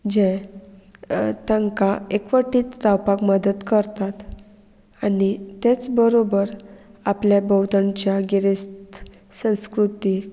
जें तांकां एकवटीत रावपाक मदत करतात आनी तेच बरोबर आपल्या भोंवतणच्या गिरेस्त संस्कृतीक